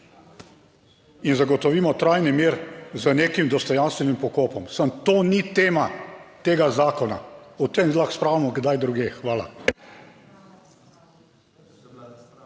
in zagotovimo trajni mir z nekim dostojanstvenim pokopom. Samo to ni tema tega zakona, o tem lahko spravimo kdaj drugje. Hvala.